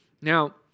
Now